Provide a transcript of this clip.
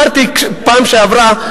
אמרתי בפעם שעברה,